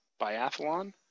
Biathlon